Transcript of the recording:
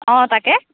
অঁ তাকে